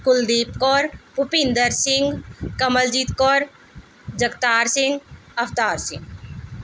Kuldeep Kaur Bhupinder Singh Kamaljeet Kaur Jagtar Singh Avtar Singh